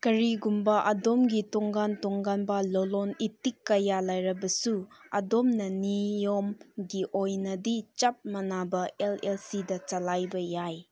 ꯀꯔꯤꯒꯨꯝꯕ ꯑꯗꯣꯝꯒꯤ ꯇꯣꯉꯥꯟ ꯇꯣꯉꯥꯟꯕ ꯂꯂꯣꯟ ꯏꯇꯤꯛ ꯀꯌꯥ ꯂꯩꯔꯕꯁꯨ ꯑꯗꯣꯝꯅ ꯅꯤꯌꯣꯝꯒꯤ ꯑꯣꯏꯅꯗꯤ ꯆꯞ ꯃꯥꯟꯅꯕ ꯑꯦꯜ ꯑꯦꯜ ꯁꯤꯗ ꯆꯂꯥꯏꯕ ꯌꯥꯏ